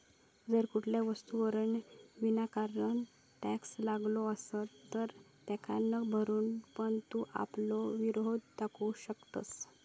जर कुठल्या वस्तूवर विनाकारण टॅक्स लावलो असात तर तेका न भरून पण तू आपलो विरोध दाखवू शकतंस